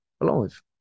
alive